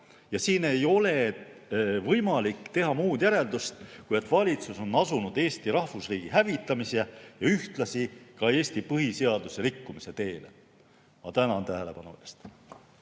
Siin ei ole võimalik teha muud järeldust, kui et valitsus on asunud Eesti rahvusriigi hävitamise ja ühtlasi ka Eesti põhiseaduse rikkumise teele. Ma tänan tähelepanu eest!